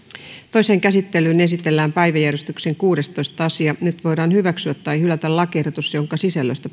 toiseen käsittelyyn esitellään päiväjärjestyksen kuudestoista asia nyt voidaan hyväksyä tai hylätä lakiehdotus jonka sisällöstä